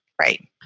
Right